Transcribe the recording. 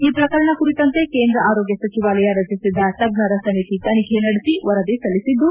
ಈ ಪ್ರಕರಣ ಕುರಿತಂತೆ ಕೇಂದ್ರ ಆರೋಗ್ಯ ಸಚಿವಾಲಯ ರಚಿಸಿದ್ದ ತಜ್ಞರ ಸಮಿತಿ ತನಿಖೆ ನಡೆಸಿ ವರದಿ ಸಲ್ಲಿಸಿದ್ದು